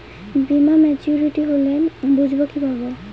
বীমা মাচুরিটি হলে বুঝবো কিভাবে?